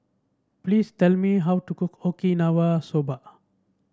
please tell me how to cook Okinawa Soba